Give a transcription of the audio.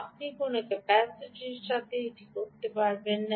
আপনি কোনও ক্যাপাসিটারের সাথে এটি করতে পারবেন না